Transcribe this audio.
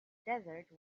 desert